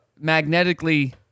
magnetically